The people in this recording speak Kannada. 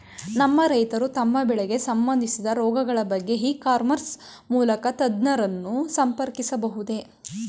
ನಮ್ಮ ರೈತರು ತಮ್ಮ ಬೆಳೆಗೆ ಸಂಬಂದಿಸಿದ ರೋಗಗಳ ಬಗೆಗೆ ಇ ಕಾಮರ್ಸ್ ಮೂಲಕ ತಜ್ಞರನ್ನು ಸಂಪರ್ಕಿಸಬಹುದೇ?